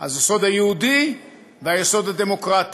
היסוד היהודי והיסוד הדמוקרטי,